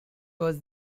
was